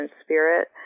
spirit